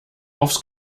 aufs